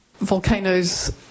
Volcanoes